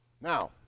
Now